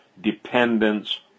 dependence